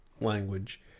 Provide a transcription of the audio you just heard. language